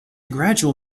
gradual